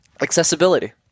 accessibility